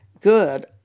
good